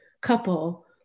couple